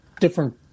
different